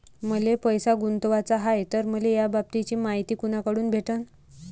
मले पैसा गुंतवाचा हाय तर मले याबाबतीची मायती कुनाकडून भेटन?